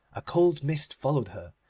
a cold mist followed her,